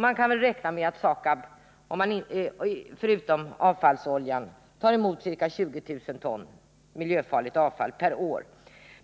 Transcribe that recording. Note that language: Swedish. Man kan räkna med att SAKAB —- förutom avfallsoljan — tar emot ca 20 000 ton miljöfarligt avfall per år.